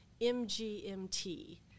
M-G-M-T